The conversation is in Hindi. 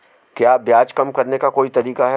क्या ब्याज कम करने का कोई तरीका है?